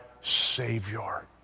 Savior